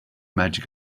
magic